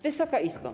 Wysoka Izbo!